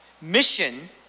mission